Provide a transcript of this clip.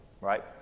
right